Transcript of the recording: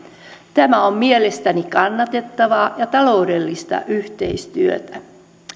tämä on mielestäni kannatettavaa ja taloudellista yhteistyötä